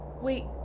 Wait